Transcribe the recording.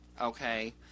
okay